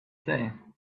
usa